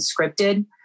scripted